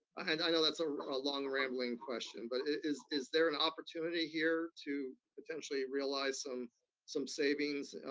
and i know that's a long rambling question, but is is there an opportunity here to potentially realize some some savings,